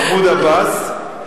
מחמוד עבאס.